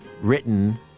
written